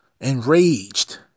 enraged